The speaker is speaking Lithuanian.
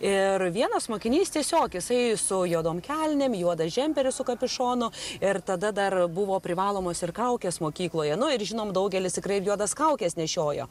ir vienas mokinys tiesiog jisai su juodom kelnėm juodas džemperis su kapišonu ir tada dar buvo privalomos ir kaukės mokykloje nu ir žinom daugelis tikrai ir juodas kaukes nešiojo